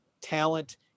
talent